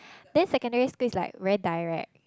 then secondary school is like very direct